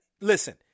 listen